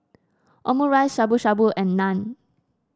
Omurice Shabu Shabu and Naan